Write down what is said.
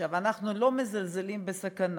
עכשיו, אנחנו לא מזלזלים בסכנה,